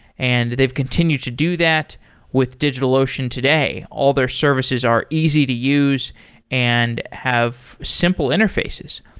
and they've continued to do that with digitalocean today. all their services are easy to use and have simple interfaces.